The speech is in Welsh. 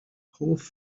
hoff